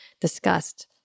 discussed